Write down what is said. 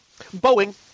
Boeing